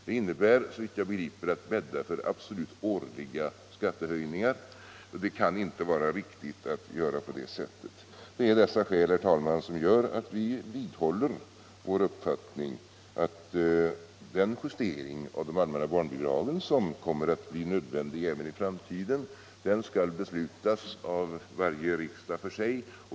Det skulle såvitt jag begriper innebära att bädda för absolut årliga skattehöjningar. Det kan inte vara riktigt att göra på det sättet. Det är dessa skäl, herr talman, som gör att moderata samlingspartiet vidhåller sin uppfattning att den justering av de allmänna barnbidragen som kommer att bli nödvändig även i framtiden skall beslutas av varje riksmöte för sig.